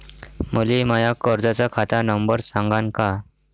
मले माया कर्जाचा खात नंबर सांगान का?